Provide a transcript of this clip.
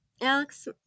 Alex